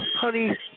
Honey